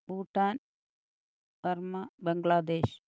Bhutan Burma Bangladesh